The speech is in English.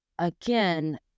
Again